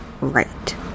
right